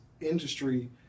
industry